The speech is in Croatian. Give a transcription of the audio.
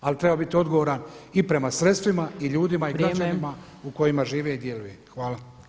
Ali treba biti odgovoran i prema sredstvima i ljudima i građanima u kojima žive i djeluje.